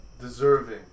deserving